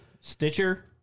Stitcher